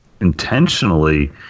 intentionally